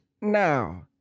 Now